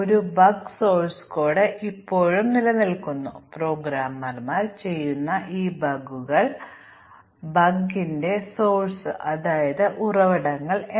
ഞങ്ങൾ അവതരിപ്പിക്കുന്ന ഞങ്ങളുടെ ലളിതമായ തെറ്റുകൾ ഒരു പ്രോഗ്രാം പ്രോഗ്രാമർക്ക് ചെയ്യാൻ കഴിയുന്ന സങ്കീർണ്ണമായ പിശകുകൾ പോലും പിടിക്കാൻ പര്യാപ്തമാണ്